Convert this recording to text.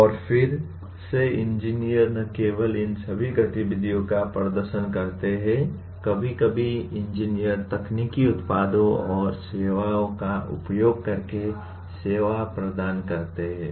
और फिर से इंजीनियर न केवल इन सभी गतिविधियों का प्रदर्शन करते हैं कभी कभी इंजीनियर तकनीकी उत्पादों और सेवाओं का उपयोग करके सेवाएं प्रदान करते हैं